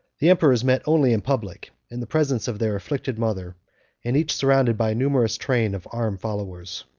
the emperors met only in public, in the presence of their afflicted mother and each surrounded by a numerous train of armed followers.